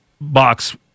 box